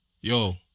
Yo